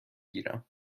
گیرم